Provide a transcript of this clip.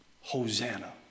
Hosanna